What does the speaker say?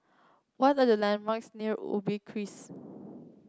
what are the landmarks near Ubi